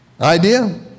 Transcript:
Idea